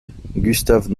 gustave